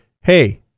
Hey